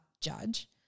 judge